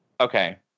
okay